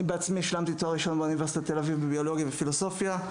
אני עצמי השלמתי תואר ראשון באוניברסיטת תל-אביב בביולוגיה ובפילוסופיה,